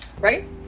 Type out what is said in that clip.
right